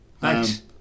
Thanks